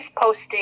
posting